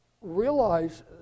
Realize